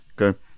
Okay